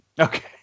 Okay